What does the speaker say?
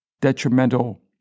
detrimental